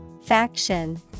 Faction